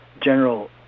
general